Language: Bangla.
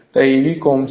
তাই Eb কমছে